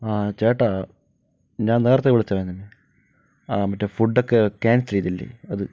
ആ ചേട്ടാ ഞാൻ നേരത്തെ വിളിച്ചവൻ തന്നെ മറ്റേ ഫുഡൊക്കെ ക്യാൻസൽ ചെയ്തില്ലേ അത്